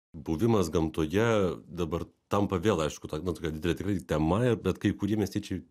buvimas gamtoje dabar tampa vėl aišku ta na tokia didele tikrai tema bet kai kurie miestiečiai